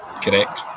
correct